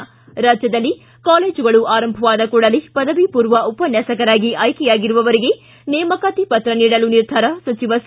ಿ ರಾಜ್ಯದಲ್ಲಿ ಕಾಲೇಜುಗಳು ಆರಂಭವಾದ ಕೂಡಲೇ ಪದವಿರ್ಮೂರ್ವ ಉಪನ್ಯಾಸಕರಾಗಿ ಆಯ್ಕೆಯಾಗಿರುವವರಿಗೆ ನೇಮಕಾತಿ ಪತ್ರ ನೀಡಲು ನಿರ್ಧಾರ ಸಚಿವ ಸಿ